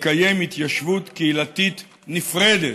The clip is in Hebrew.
לקיים התיישבות קהילתית נפרדת".